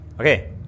Okay